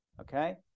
okay